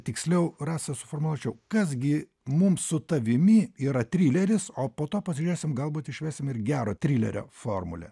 tiksliau rasa suformuočiau kas gi mums su tavimi yra trileris o po to pažiūrėsim galbūt išvesim ir gero trilerio formulę